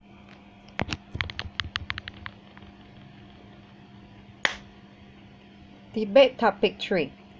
debate topic tree